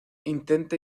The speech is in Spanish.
intenta